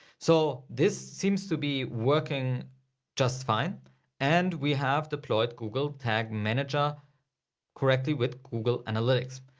so this seems to be working just fine and we have deployed google tag manager correctly with google analytics.